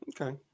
Okay